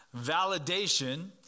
validation